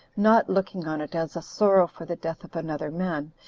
not looking on it as a sorrow for the death of another man,